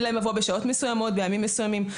להם לבוא בשעות מסוימות ובימים מסוימים,